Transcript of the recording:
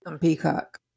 Peacock